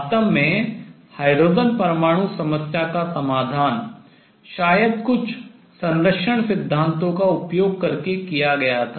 वास्तव में हाइड्रोजन परमाणु समस्या का समाधान शायद कुछ संरक्षण सिद्धांतों का उपयोग करके किया गया था